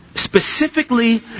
specifically